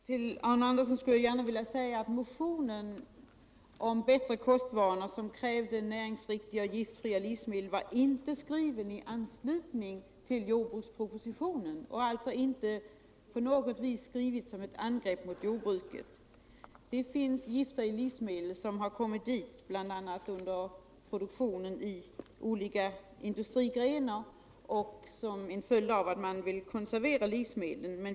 Herr talman! Till Arne Andersson i Ljung skulle jag vilja säga att motionen om bättre kostvanor som krävde näringsrika och giftfria livsmedel inte var skriven i anslutning till jordbrukspropositionen och alltså inte på något sätt skriven som ett angrepp på jordbruket. Det finns gifter i livsmedel som kommit dit bl.a. under produktionen i olika industrigrenar och som en följd av att man vill konservera livsmedlen.